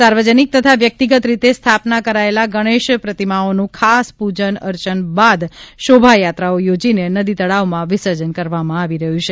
સાર્વજનિક તથા વ્યક્તિગત રીતે સ્થાપના કરાયેલા ગણેશ પ્રતિમાઓનું ખાસ પૂજા અર્ચના બાદ શોભાયાત્રાઓ યોજીને નદી તળાવમાં વિસર્જન કરવામાં આવી રહ્યું છે